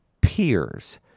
peers